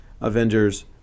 Avengers